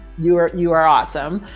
you are, you are awesome.